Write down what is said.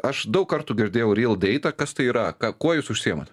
aš daug kartų girdėjau rildeita kas tai yra ką kuo jūs užsiimate